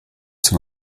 zum